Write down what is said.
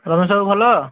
ରମେଶ ବାବୁ ଭଲ